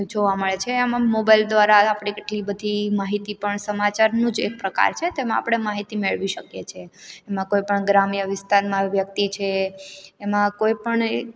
જોવા મળે છે એમાં મોબાઈલ દ્વારા આપણે કેટલી બધી માહિતી પણ સમાચારનું જ એક પ્રકાર છે તેમાં આપણે માહિતી મેળવી શકીએ છીએ એમાં કોઈપણ ગ્રામ્ય વિસ્તારના વ્યક્તિ છે એમાં કોઈપણ